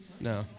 No